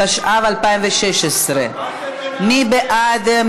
התשע"ו 2016. מי בעד?